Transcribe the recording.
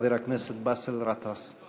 חבר הכנסת באסל גטאס.